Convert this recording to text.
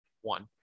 One